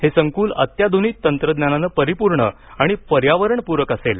हे संकुल अत्याधुनिक तंत्रज्ञानानं परिपूर्ण आणि पर्यावरणपूरक असेल